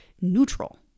neutral